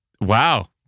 Wow